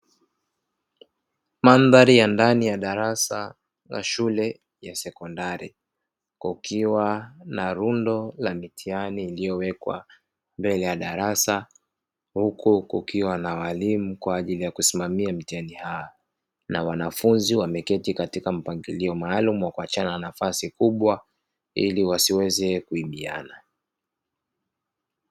Mandhari ya ndani ya darasa la shule ya sekondari, kukiwa na rundo la mitihani iliyowekwa mbele ya darasa, huku kukiwa na walimu kwa ajili ya kusimamia mitihani hiyo. Wanafunzi wameketi katika mpangilio maalumu wa kuachiana na nafasi kubwa ili wasiweze kuibiana.